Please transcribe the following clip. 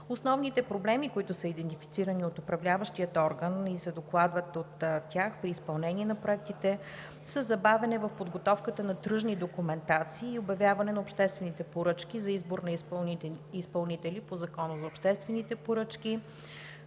Основните проблеми, които са идентифицирани от Управляващия орган и се докладват от тях по изпълнение на проектите, са забавяне в подготовката на тръжни документации и обявяване на обществените поръчки за избор на изпълнители по Закона за обществените поръчки.